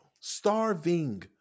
Starving